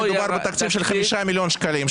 מדובר בתקציב של 5 מיליון שקלים,